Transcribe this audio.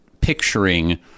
picturing